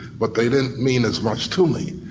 but they didn't mean as much to me.